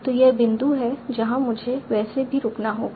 तो यह बिंदु है जहां मुझे वैसे भी रुकना होगा